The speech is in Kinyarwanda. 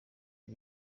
ibi